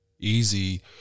easy